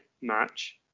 match